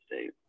state